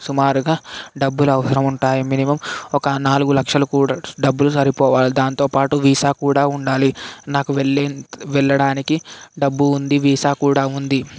సుమారుగా డబ్బులు అవసరము ఉంటాయి మినిమమ్ ఒక నాలుగు లక్షలు కూడా డబ్బులు సరిపోవు దాంతో పాటు వీసా కూడా ఉండాలి నాకు వెళ్ళే వెళ్ళడానికి డబ్బు ఉంది వీసా కూడా ఉంది